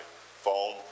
phone